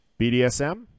bdsm